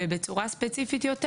ובצורה ספציפית יותר,